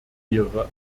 ihre